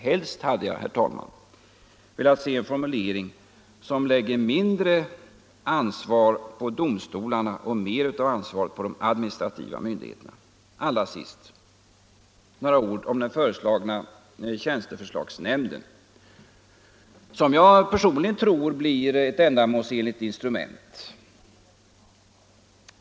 Helst hade jag, herr talman, velat se en formulering som lägger mindre ansvar på domstolarna och mera ansvar på de administrativa myndigheterna. Allra sist några ord om den föreslagna tjänsteförslagsnämnden, som jag personligen tror blir ett ändamålsenligt instrument.